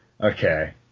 Okay